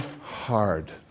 hard